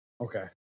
Okay